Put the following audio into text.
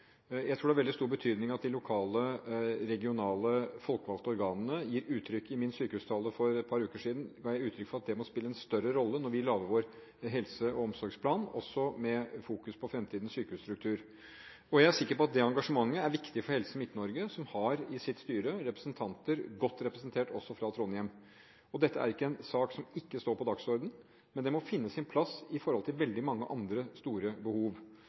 Jeg tror det har veldig stor betydning at de lokale, regionale, folkevalgte organene – dette ga jeg uttrykk for i min sykehustale for et par uker siden – må spille en større rolle når vi lager vår helse- og omsorgsplan, også når vi fokuserer på fremtidens sykehusstruktur. Jeg er sikker på at det engasjementet er viktig for Helse Midt-Norge, som i sitt styre har godt med representanter også fra Trondheim. Dette er ikke en sak som ikke står på dagsordenen, men den må finne sin plass i forhold til veldig mange andre store behov.